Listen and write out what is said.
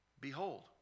behold